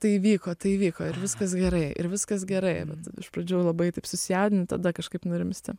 tai įvyko tai įvyko ir viskas gerai ir viskas gerai bet iš pradžių labai taip susijaudini tada kažkaip nurimsti